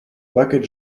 плакать